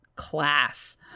class